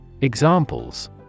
Examples